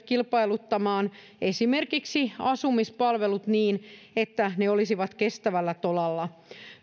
kilpailuttamaan esimerkiksi asumispalvelut niin että ne olisivat kestävällä tolalla